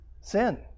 Sin